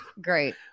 Great